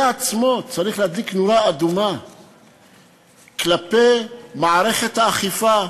זה עצמו צריך להדליק נורה אדומה כלפי מערכת האכיפה,